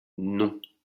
non